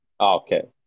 okay